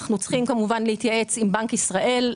אנחנו צריכים להתייעץ עם בנק ישראל,